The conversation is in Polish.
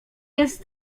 jest